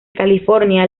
california